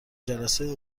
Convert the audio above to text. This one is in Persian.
جلسه